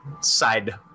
side